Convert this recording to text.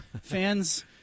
fans